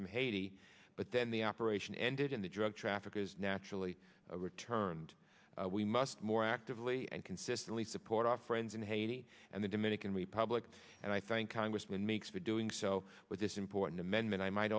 from haiti but then the operation ended and the drug traffickers naturally returned we must more actively and consistently support our friends in haiti and the dominican republic and i thank congressman meeks for doing so with this important amendment i might